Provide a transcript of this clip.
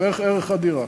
זה בערך ערך הדירה.